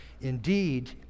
Indeed